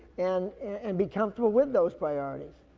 and, and be comfortable with those priorities.